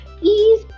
please